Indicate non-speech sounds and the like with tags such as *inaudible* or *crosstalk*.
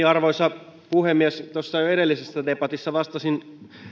*unintelligible* arvoisa puhemies tuossa jo edellisessä debatissa vastasin